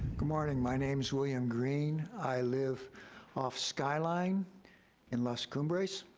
good morning, my name's william greene. i live off skyline in los cumbres,